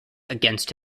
against